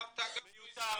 מיותר,